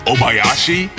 Obayashi